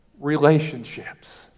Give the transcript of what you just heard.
relationships